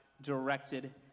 directed